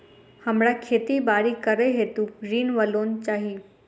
हमरा खेती बाड़ी करै हेतु ऋण वा लोन चाहि?